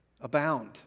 abound